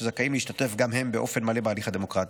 שזכאים להשתתף גם הם באופן מלא בהליך הדמוקרטי.